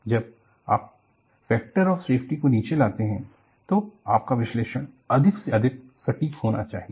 जब आप factor of safety को नीचे लाते हैं तो आपका विश्लेषण अधिक से अधिक सटीक होना चाहिए